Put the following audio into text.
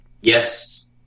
Yes